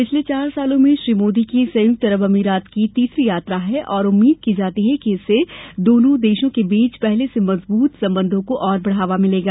पिछले चार वर्षो में श्री मोदी की संयुक्तं अरब अमारात की तीसरी यात्रा है और उम्मीद की जाती है कि इससे दोनों देशों के बीच पहले से मजबूत संबंधों को और बढ़ावा मिलेगा